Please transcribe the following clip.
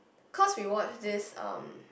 cause we watch this um